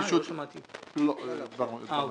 --- אוקי.